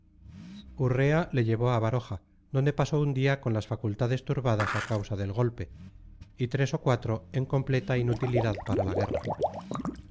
urrea le llevó a baroja donde pasó un día con las facultades turbadas a causa del golpe y tres o cuatro en completa inutilidad para la guerra